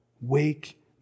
Wake